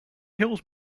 hills